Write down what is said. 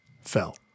fell